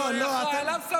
שהוא אחראי לו, לא, לא.